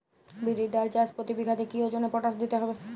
বিরির ডাল চাষ প্রতি বিঘাতে কি ওজনে পটাশ দিতে হবে?